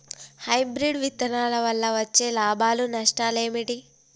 Hybrid విత్తనాల వల్ల వచ్చే లాభాలు నష్టాలు ఏమిటి?